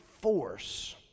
force